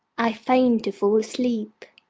i feigned to fall asleep.